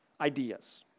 ideas